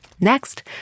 Next